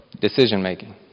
decision-making